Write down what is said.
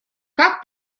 как